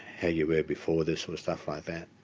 how you were before this or stuff like that?